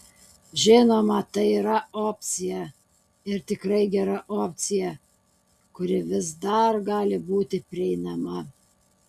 žinoma tai yra opcija ir tikrai gera opcija kuri vis dar gali būti prieinama